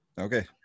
Okay